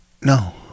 No